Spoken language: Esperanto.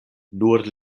nur